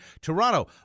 Toronto